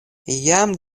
jam